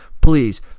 Please